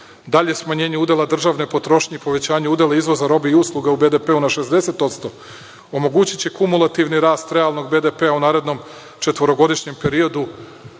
dalje smanjenje udela državne potrošnje i povećanje udela izvoza robe i usluga u BDP na 60% omogućiće kumulativni rast realnog BDP u narednom četvorogodišnjem periodu,